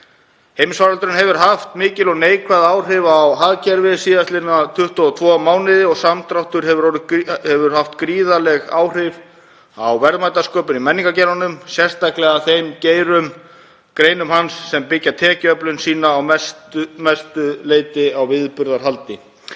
Heimsfaraldurinn hefur haft mikil og neikvæð áhrif á hagkerfið síðastliðna 22 mánuði og samdráttur hefur haft gríðarleg áhrif á verðmætasköpun í menningargeiranum, sérstaklega þeim greinum hans sem byggja tekjuöflun sína að mestu leyti á viðburðahaldi.